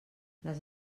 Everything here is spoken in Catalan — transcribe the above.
les